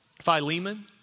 Philemon